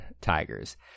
Tigers